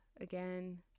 again